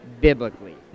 biblically